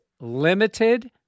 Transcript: limited